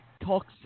talks